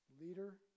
leader